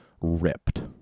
ripped